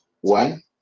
One